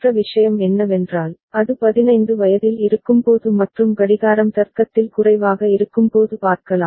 மற்ற விஷயம் என்னவென்றால் அது பதினைந்து வயதில் இருக்கும்போது மற்றும் கடிகாரம் தர்க்கத்தில் குறைவாக இருக்கும்போது பார்க்கலாம்